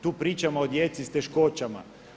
Tu pričamo o djeci s teškoćama.